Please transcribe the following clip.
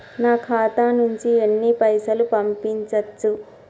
నా ఖాతా నుంచి ఎన్ని పైసలు పంపించచ్చు?